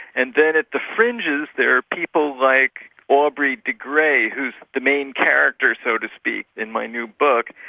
and then at the fringes there are people like aubrey de grey who's the main character, so to speak, in my new book,